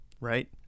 right